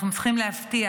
אנחנו צריכים להבטיח,